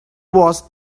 was